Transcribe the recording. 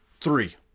three